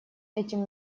этим